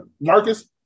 Marcus